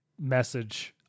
message